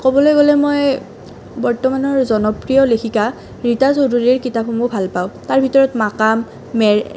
ক'বলৈ গ'লে মই বৰ্তমানৰ জনপ্ৰিয় লেখিকা ৰীতা চৌধুৰীৰ কিতাপসমূহ ভাল পাওঁ তাৰ ভিতৰত মাকাম